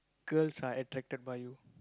girls are attracted by you